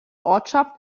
ortschaft